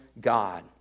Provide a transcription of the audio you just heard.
God